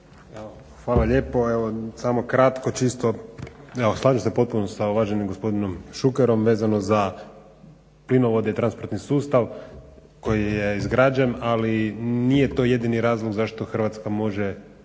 hvala lijepo. Samo kratko, čisto. Evo slažem se u potpunosti sa uvaženim gospodinom Šukerom vezano za plinovode i transportni sustav koji je izgrađen, ali nije to jedini razlog zašto Hrvatska može,